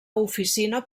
oficina